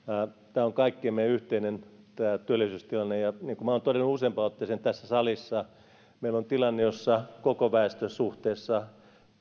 tämä on kaikkien meidän yhteinen asia tämä työllisyystilanne ja niin kuin minä olen todennut useampaan otteeseen tässä salissa meillä on tilanne jossa suhteessa